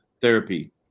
therapy